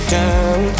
down